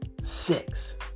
six